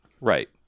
right